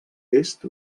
est